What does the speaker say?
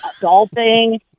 golfing